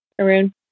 Arun